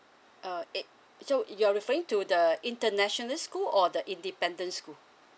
uh at so you're referring to the international school or the independent school